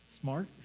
smart